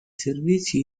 servizi